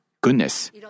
goodness